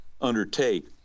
undertake